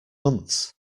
months